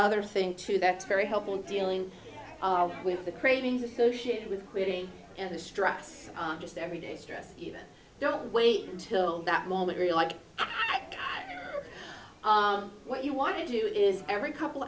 other thing too that's very helpful in dealing with the cravings associated with quitting and the stress of just everyday stress even don't wait until that moment really like what you want to do is every couple of